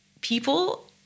people